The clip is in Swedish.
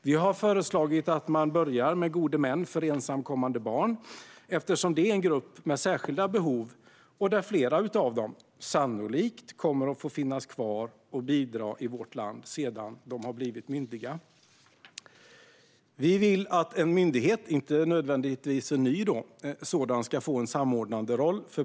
Vi har föreslagit att man börjar med gode män för ensamkommande barn, eftersom det är en grupp med särskilda behov där flera sannolikt kommer att få finnas kvar och bidra i vårt land sedan de blivit myndiga. Vi vill att en myndighet - inte nödvändigtvis en ny sådan - ska få en samordnande roll.